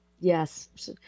Yes